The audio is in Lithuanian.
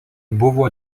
buvo